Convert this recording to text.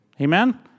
Amen